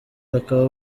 bakaba